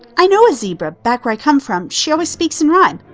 i know a zebra, back where i come from, she always speaks in rhyme.